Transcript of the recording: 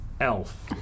elf